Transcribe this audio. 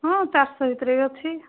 ହଁ ଚାରଶହ ଭିତରେ ବି ଅଛି